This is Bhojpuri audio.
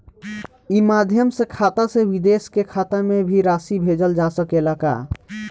ई माध्यम से खाता से विदेश के खाता में भी राशि भेजल जा सकेला का?